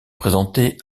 présentés